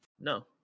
No